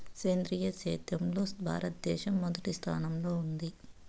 సేంద్రీయ సేద్యంలో భారతదేశం మొదటి స్థానంలో ఉంది